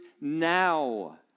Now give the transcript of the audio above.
now